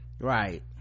right